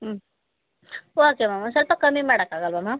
ಹ್ಞೂ okay ma'am ಒಂದು ಸ್ವಲ್ಪ ಕಮ್ಮಿ ಮಾಡಕ್ಕೆ ಆಗಲ್ವಾ ಮ್ಯಾಮ್